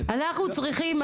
אנחנו צריכים.